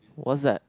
what's that